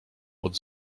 pod